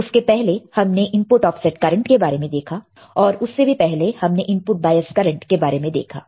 उसके पहले हमने इनपुट ऑफसेट करंट के बारे में देखा और उससे भी पहले हमने इनपुट बायस करंट के बारे में देखा है